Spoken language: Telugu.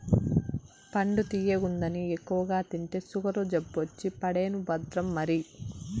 పండు తియ్యగుందని ఎక్కువగా తింటే సుగరు జబ్బొచ్చి పడేను భద్రం మరి